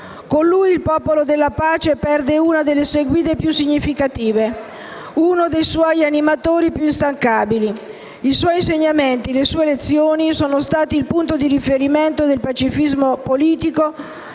Con lui, il popolo della pace perde una delle sue guide più significative, uno dei suoi animatori più instancabili. I suoi insegnamenti e le sue lezioni sono stati il punto di riferimento del pacifismo politico